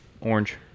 Orange